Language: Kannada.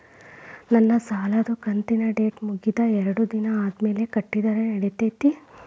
ನನ್ನ ಸಾಲದು ಕಂತಿನ ಡೇಟ್ ಮುಗಿದ ಎರಡು ದಿನ ಆದ್ಮೇಲೆ ಕಟ್ಟಿದರ ನಡಿತೈತಿ?